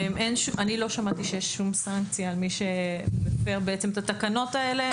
אני לא שמעתי שיש שום סנקציה על מי שמפר בעצם את התקנות האלה.